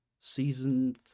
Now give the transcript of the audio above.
Season